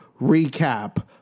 recap